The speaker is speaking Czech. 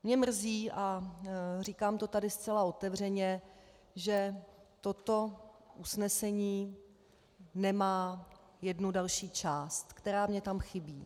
Mě mrzí, a říkám to tady zcela otevřeně, že toto usnesení nemá jednu další část, která mně tam chybí.